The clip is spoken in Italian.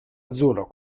azzurro